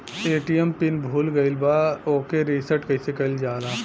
ATM pin भूल गईल पर ओके रीसेट कइसे कइल जाला?